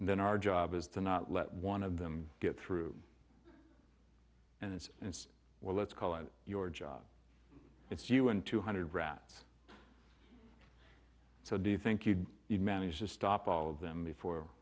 then our job is to not let one of them get through and it's and it's well let's call it your job it's you and two hundred rats so do you think you did you managed to stop all of them before